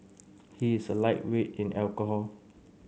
he is a lightweight in alcohol